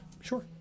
Sure